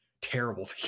terrible